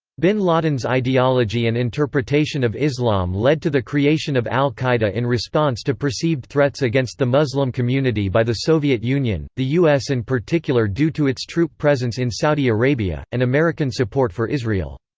bin laden's ideology and interpretation of islam led to the creation of al-qaeda in response to perceived threats against the muslim community by the soviet union, the u s. in and particular due to its troop presence in saudi arabia, and american support for israel.